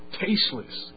tasteless